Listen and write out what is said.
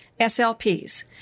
SLPs